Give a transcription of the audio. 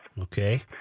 Okay